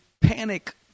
panic